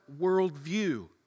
worldview